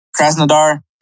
Krasnodar